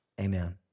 Amen